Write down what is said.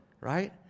right